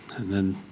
and then